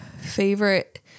favorite